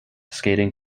skating